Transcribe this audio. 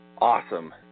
Awesome